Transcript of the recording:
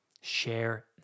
share